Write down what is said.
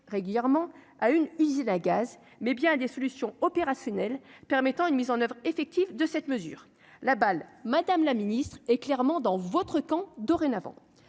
régulièrement à une usine à gaz, mais bien des solutions opérationnelles permettant une mise en oeuvre effective de cette mesure, la balle madame la Ministre est clairement dans votre camp dorénavant